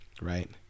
right